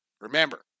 Remember